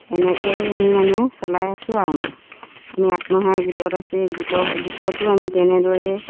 এনেকেই আমি মানে চলাই আছোঁ আৰু আমাৰ আমি আত্মসহায়ক গোটত আছোঁ এই গোটৰ গোটতো আমি তেনেদৰে